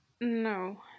No